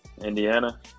Indiana